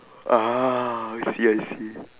ah I see I see